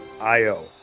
I-O